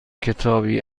کتابی